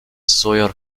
sawyer